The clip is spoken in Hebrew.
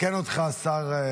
מתקן אותך השר.